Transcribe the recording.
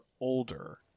older